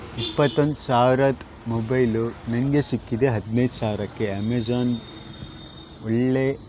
ಇಪ್ಪತ್ತೊಂದು ಸಾವ್ರದ ಮೊಬೈಲು ನನಗೆ ಸಿಕ್ಕಿದೆ ಹದಿನೈದು ಸಾವಿರಕ್ಕೆ ಅಮೇಜಾನ್ ಒಳ್ಳೆಯ